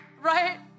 Right